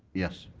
yes.